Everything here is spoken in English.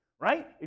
right